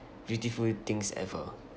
beautiful things ever